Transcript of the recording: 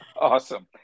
Awesome